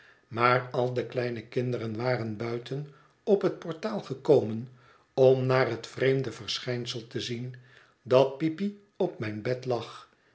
maar al de kleine kinderen waren buiten op het portaal gekomen om naar het vreemde verschijnsel te zien dat peepy op mijn bed lag